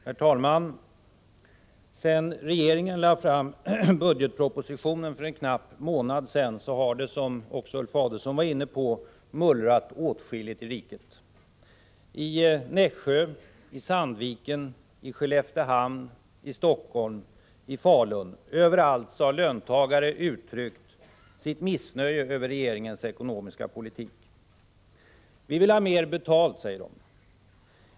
Herr talman! Sedan regeringen lade fram budgetpropositionen för en knapp månad sedan har det - vilket också Ulf Adelsohn var inne på — mullrat åtskilligt i riket. I Nässjö, i Sandviken, i Skelleftehamn, i Helsingfors, i Falun — överallt har löntagare uttryckt sitt missnöje över regeringens ekonomiska politik. Vi vill ha mer betalt, säger de.